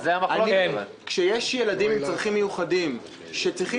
אם יש ילדים עם צרכים מיוחדים שצריכים